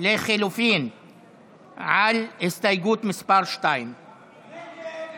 על לחלופין להסתייגות מס' 2. הסתייגות 2 לחלופין לא נתקבלה.